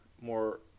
more